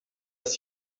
est